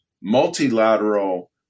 multilateral